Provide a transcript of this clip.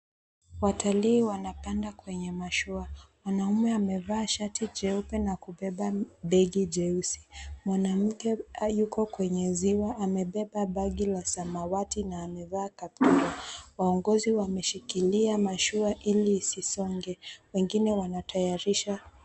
Watalii wanapanda kwenye mashua. Mwanaume amevaa shati jeupe na kubeba begi jeusi. Mwanamke yuko kwenye ziwa amebeba bagi la samawati na amevaa kaptula. Waongozi wameshikilia mashua ili isisonge. Wengine wanatayarisha.